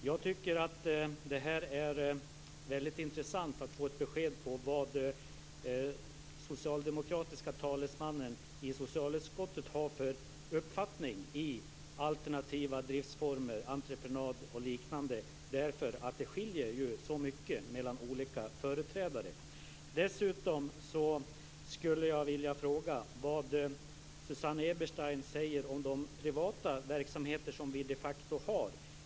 Jag tycker att det skulle vara väldigt intressant att få ett besked om vad den socialdemokratiska talesmannen i socialutskottet har för uppfattning i fråga om alternativa driftsformer, entreprenad och liknande, därför att det skiljer ju så mycket mellan olika företrädare. Eberstein säger om de privata verksamheter som vi de facto har.